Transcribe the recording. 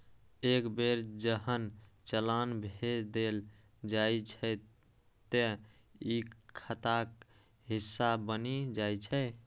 एक बेर जहन चालान भेज देल जाइ छै, ते ई खाताक हिस्सा बनि जाइ छै